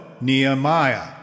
Nehemiah